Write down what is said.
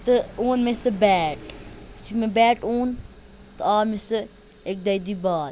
تہٕ اوٚن مےٚ سُہ بیٹ یِتھُے مےٚ بیٹ اوٚن تہٕ آو مےٚ سُہ اَکہِ دۄیہِ دُہۍ باد